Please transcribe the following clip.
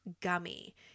gummy